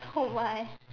oh my